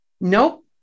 nope